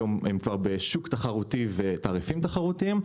היום הם כבר בשוק תחרותי ובתעריפים תחרותיים.